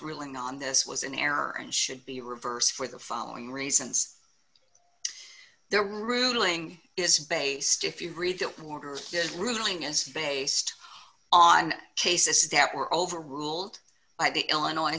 ruling on this was in error and should be reversed for the following reasons their ruling is based if you read that war this ruling is based on cases that were overruled by the illinois